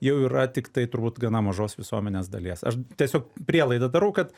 jau yra tiktai turbūt gana mažos visuomenės dalies aš tiesiog prielaidą darau kad